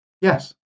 Yes